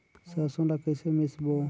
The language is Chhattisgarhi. सरसो ला कइसे मिसबो?